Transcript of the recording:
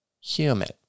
humid